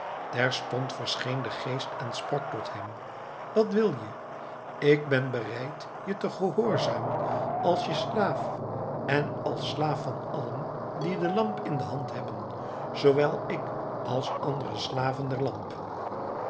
terstond verscheen de geest en sprak tot hem wat wil je ik ben bereid je te gehoorzamen als je slaaf en als slaaf van allen die de lamp in de hand hebben zoowel ik als alle andere slaven der lamp